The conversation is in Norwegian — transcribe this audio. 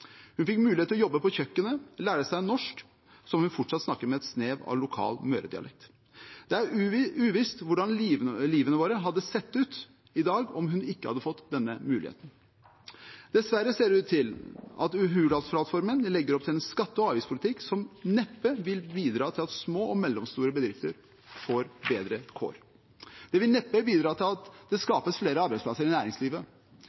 Hun fikk mulighet til å jobbe på kjøkkenet, lære seg norsk, som hun fortsatt snakker med et snev av lokal møredialekt. Det er uvisst hvordan livene våre hadde sett ut i dag om hun ikke hadde fått denne muligheten. Dessverre ser det ut til at Hurdalsplattformen legger opp til en skatte- og avgiftspolitikk som neppe vil bidra til at små og mellomstore bedrifter får bedre kår. Det vil neppe bidra til at det